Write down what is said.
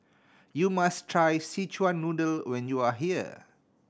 you must try Szechuan Noodle when you are here